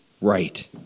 right